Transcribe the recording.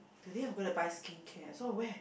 today I'm going to buy skin care so where